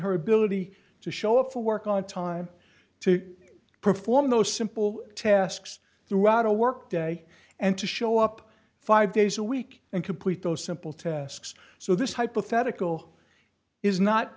her ability to show up for work on time to perform those simple tasks throughout a work day and to show up five days a week and complete those simple tasks so this hypothetical is not